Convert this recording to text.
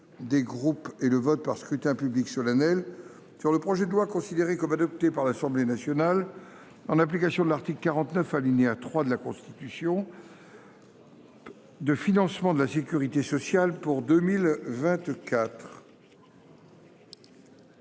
des groupes et le vote par scrutin public solennel sur le projet de loi, considéré comme adopté par l’Assemblée nationale en application de l’article 49, alinéa 3, de la Constitution, de financement de la sécurité sociale pour 2024